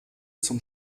zum